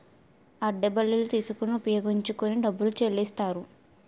అద్దె బళ్ళు తీసుకొని ఉపయోగించుకొని డబ్బులు చెల్లిస్తారు